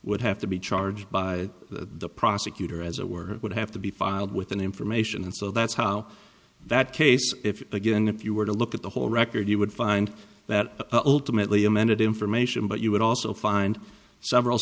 would have to be charged by the prosecutor as it were would have to be filed within information and so that's how that case if again if you were to look at the whole record you would find that old timidly amended information but you would also find several